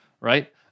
right